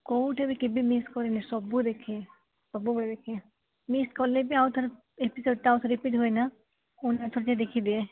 କେଉଁଟା ବି କେବେ ମିସ୍ କରିନି ସବୁ ଦେଖେ ସବୁ ବେଳେ ଦେଖିବା ମିସ୍ କଲେ ବି ଆଉ ଥରେ ଇପିସୋଡ଼୍ଟା ଆଉ ଥରେ ରିପିଟ୍ ହୁଅନା ପୁଣି ଆଉ ଥରେ ଯାଇ ଦେଖି ଦିଏ